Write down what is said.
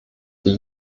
wir